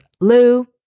Lou